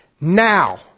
now